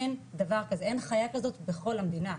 אין דבר כזה, אין חיה כזו בכל המדינה.